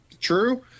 True